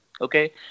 Okay